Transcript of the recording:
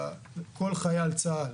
כל חייל צה"ל,